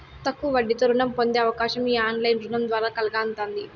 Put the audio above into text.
తక్కువ వడ్డీరేటుతో రుణం పొందే అవకాశం ఈ ఆన్లైన్ రుణం ద్వారా కల్గతాంది